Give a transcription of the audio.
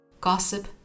gossip